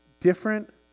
different